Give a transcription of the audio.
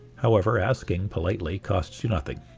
however, asking politely costs you nothing.